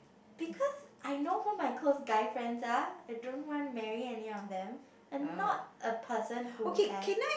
because I know who my close guy friends are I don't want marry any of them I'm not a person who have